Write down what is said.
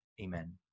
Amen